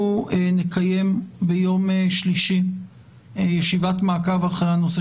אנחנו נקיים ביום שלישי ישיבת מעקב אחרי הנושא